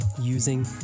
using